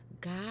God